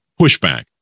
pushback